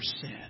sin